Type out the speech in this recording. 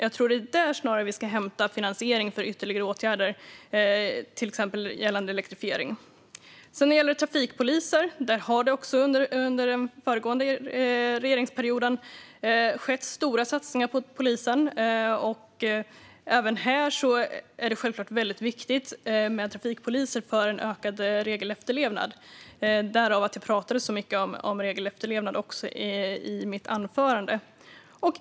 Jag tror att det snarare är där vi ska hämta finansieringen av ytterligare åtgärder gällande till exempel elektrifiering. När det gäller trafikpoliser har det också under den föregående regeringsperioden skett stora satsningar på polisen. Även här är det självklart viktigt med trafikpoliser för ökad regelefterlevnad - däför talade jag så mycket om regelefterlevnad i mitt anförande.